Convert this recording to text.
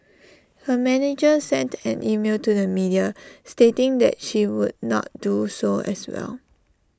her manager sent an email to the media stating that she would not do so as well